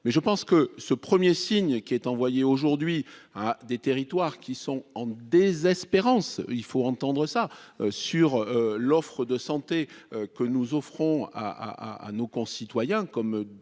mais je pense que ce 1er signe qui est envoyé aujourd'hui à des territoires qui sont en désespérance, il faut entendre ça sur l'offre de santé que nous offrons à à à nos concitoyens,